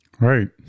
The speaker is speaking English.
Right